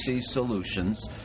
Solutions